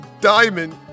Diamond